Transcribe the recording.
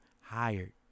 hired